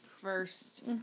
first